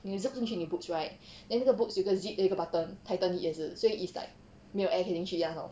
你 zip 进去你的 boots right then 那个 boots 有个 zip then 有一个 button tighten it 也是所以 is like 没有 air 可以进去这样